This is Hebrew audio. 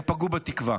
הם פגעו בתקווה.